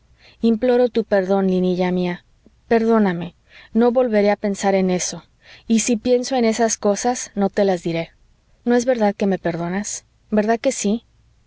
imploro tu perdón linilla mía perdóname no volveré a pensar en eso y si pienso en esas cosas no te las diré no es verdad que me perdonas verdad que sí